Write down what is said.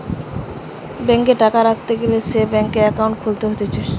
ব্যাংকে টাকা রাখতে গ্যালে সে ব্যাংকে একাউন্ট খুলতে হতিছে